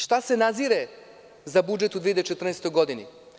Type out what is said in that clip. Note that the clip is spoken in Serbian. Šta se nazire za budžet u 2014. godini?